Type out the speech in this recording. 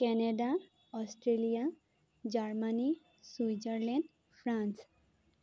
Canada Australia Germany Switzerland France